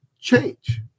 change